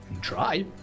try